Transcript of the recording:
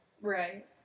Right